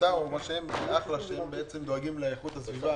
עמותה שדואגת לאיכות הסביבה,